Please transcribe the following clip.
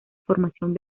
formación